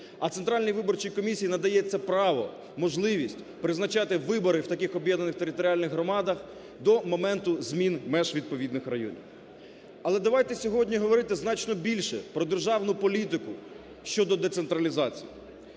А Центральній виборчій комісії надається право, можливість призначати вибори в таких об'єднаних територіальних громадах до моменту змін меж відповідних районів. Але давайте сьогодні говорити значно більше про державну політику щодо децентралізації,